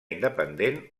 independent